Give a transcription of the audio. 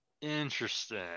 Interesting